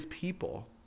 people